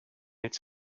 its